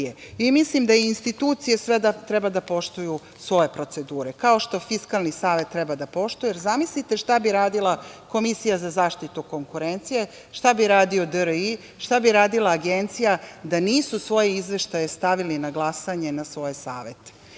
Srbije. Mislim da i institucije treba da poštuju svoje procedure, kao što Fiskalni savet treba da poštuje, jer zamisliste šta bi radila Komisija za zaštitu konkurencije, šta bi radio DRI, šta bi radila Agencija da nisu svoje izveštaje stavili na glasanje na svoje savete